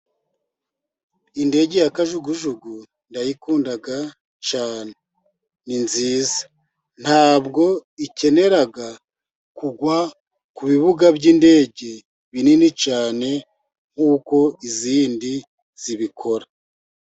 Indege ya kajugujugu ndayikunda cyane ni nziza, ntabwo ikenera kugwa ku bibuga by'indege binini cyane, nkuko izindi zibikora.